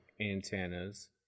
antennas